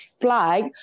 flag